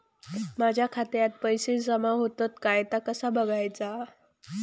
माझ्या खात्यात पैसो जमा होतत काय ता कसा बगायचा?